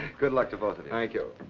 good luck to both of you. thank you.